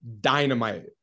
dynamite